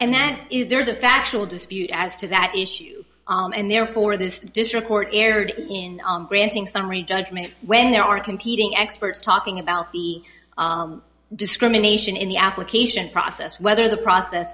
and that is there's a factual dispute as to that issue and therefore this district court erred in granting summary judgment when there are competing experts talking about the discrimination in the application process whether the process